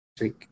week